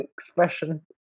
expression